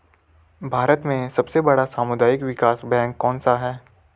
भारत में सबसे बड़ा सामुदायिक विकास बैंक कौनसा है?